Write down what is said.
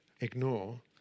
ignore